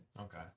Okay